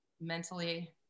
mentally